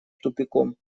тупиком